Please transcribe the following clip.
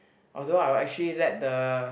although I will actually let the